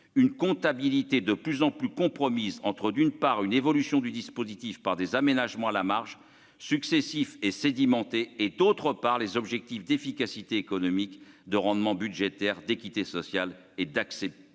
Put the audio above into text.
une comptabilité de plus en plus compromise entre d'une part une évolution du dispositif par des aménagements à la marge successifs et sédiment et et d'autre part, les objectifs d'efficacité économique de rendement budgétaire d'équité sociale et d'accès stabilité